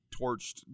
torched